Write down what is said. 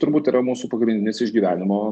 turbūt yra mūsų pagrindinis išgyvenimo